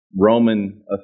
Roman